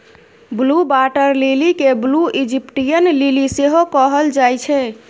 blue water lily केँ blue Egyptian lily सेहो कहल जाइ छै